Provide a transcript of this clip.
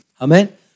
Amen